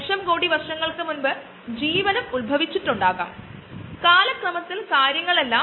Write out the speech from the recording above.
casein curdles എന്ന് വിളിക്കുന്ന പാലിൽ അടങ്ങിയിരിക്കുന്ന ഒരു പ്രോടീൻ അങ്ങനെയാണ് നമുക്ക് തൈര് ലഭിക്കുന്നത്